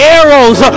arrows